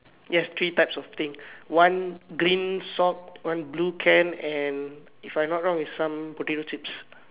yes three types of things one green sock one blue can and one if I'm not wrong it's some potato chips